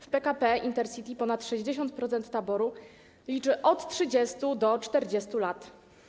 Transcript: W PKP Intercity ponad 60% taboru liczy od 30 do 40 lat.